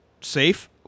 safe